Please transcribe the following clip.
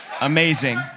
Amazing